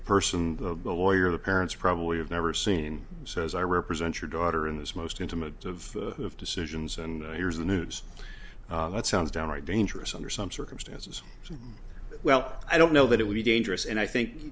person the boy or the parents probably have never seen says i represent your daughter in this most intimate of decisions and here's the news that sounds downright dangerous under some circumstances well i don't know that it would be dangerous and i think